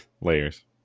Layers